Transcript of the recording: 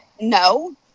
no